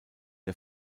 der